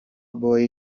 boy